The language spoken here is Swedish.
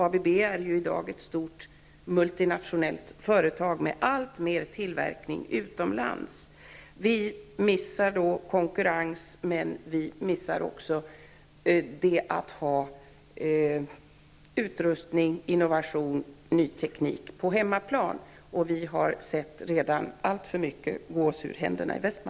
ABB är ett stort multinationellt företag med alltmer av sin tillverkning utomlands. Vi kommer då att missa konkurrens, men vi kommer också att missa utrustning, innovation och ny teknik på hemmaplan. I Västmanland har vi redan sett alltför mycket gå oss ur händerna.